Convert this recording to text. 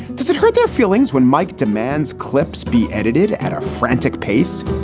does it hurt their feelings when mike demands clip's be edited at a frantic pace?